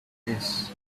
this